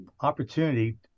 opportunity